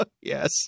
Yes